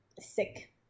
sick